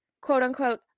quote-unquote